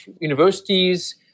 universities